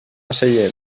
celler